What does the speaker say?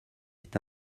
est